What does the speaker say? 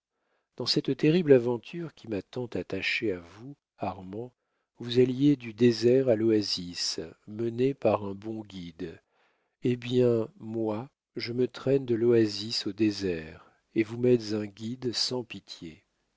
dans cette terrible aventure qui m'a tant attachée à vous armand vous alliez du désert à l'oasis mené par un bon guide eh bien moi je me traîne de l'oasis au désert et vous m'êtes un guide sans pitié